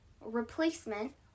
replacement